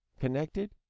Connected